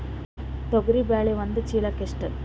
ತೊಗರಿ ಬೇಳೆ ಒಂದು ಚೀಲಕ ಎಷ್ಟು?